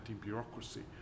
bureaucracy